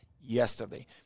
yesterday